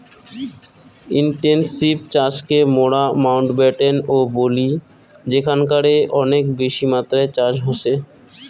intensive চাষকে মোরা মাউন্টব্যাটেন ও বলি যেখানকারে অনেক বেশি মাত্রায় চাষ হসে